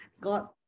God